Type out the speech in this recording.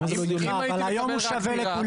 למה זה לא הגיוני היום הוא שווה לכולם.